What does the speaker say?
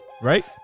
right